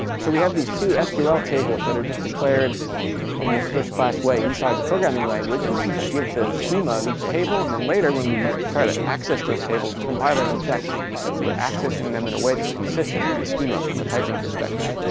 so we have these two sql table that are just declared in this first class way inside the programming language. and we we give the schema of each table. and then later, when we try to access those tables, the compiler will check that we're accessing them in a way that's consistent with the schema from a typing perspective.